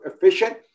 efficient